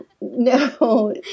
No